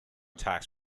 tax